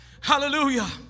Hallelujah